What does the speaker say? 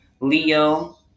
Leo